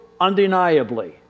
undeniably